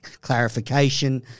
Clarification